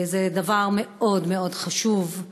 זה דבר מאוד מאוד חשוב,